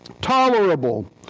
tolerable